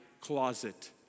closet